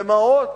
במעות.